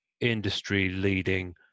Industry-leading